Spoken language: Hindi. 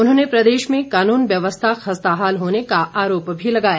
उन्होंने प्रदेश में कानून व्यवस्था खस्ताहाल होने का आरोप भी लगाया